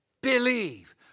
believe